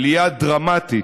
עלייה דרמטית.